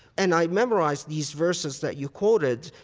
and i memorized these verses that you quoted,